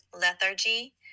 lethargy